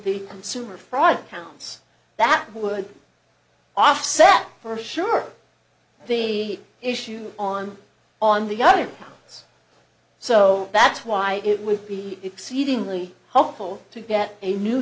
the consumer fraud counts that would offset for sure the issue on on the other it's so that's why it would be exceedingly helpful to get a new